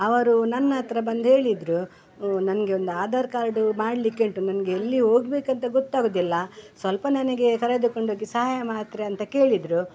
ಅವರು ನನ್ನ ಹತ್ತಿರ ಬಂದು ಹೇಳಿದರು ನನಗೆ ಒಂದು ಆಧಾರ್ ಕಾರ್ಡು ಮಾಡಲಿಕ್ಕೆ ಉಂಟು ನನ್ಗೆ ಎಲ್ಲಿ ಹೋಗ್ಬೇಕಂತ ಗೊತ್ತಾಗುವುದಿಲ್ಲ ಸ್ವಲ್ಪ ನನಗೆ ಕರೆದುಕೊಂಡೋಗಿ ಸಹಾಯ ಮಾಡ್ತ್ರಾ ಅಂತ ಕೇಳಿದರು